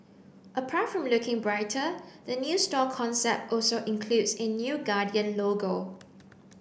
apart from looking brighter the new store concept also includes a new Guardian logo